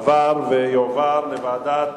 עברה ותועבר לוועדת